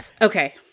Okay